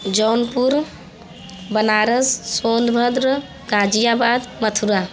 Jaunpur Banaras Sonbhadra Ghaziabad Mathura